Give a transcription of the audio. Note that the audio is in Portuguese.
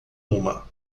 uma